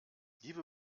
liebe